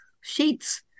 sheets